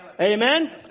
Amen